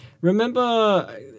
remember